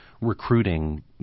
recruiting